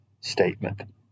statement